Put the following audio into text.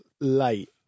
late